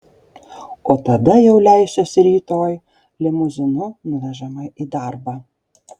o tada jau leisiuosi rytoj limuzinu nuvežama į darbą